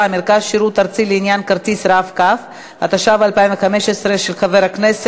אני מציע לוועדת חוץ